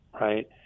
Right